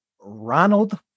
Ronald